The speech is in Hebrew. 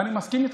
ואני מסכים איתך.